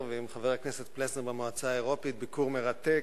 ועם חבר הכנסת פלסנר במועצה האירופית ביקור מרתק.